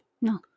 No